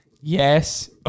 Yes